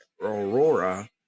Aurora